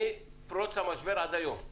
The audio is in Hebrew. מפרוץ המשבר עד היום.